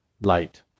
light